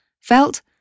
felt